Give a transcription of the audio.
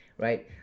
right